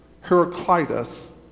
heraclitus